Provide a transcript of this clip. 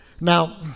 now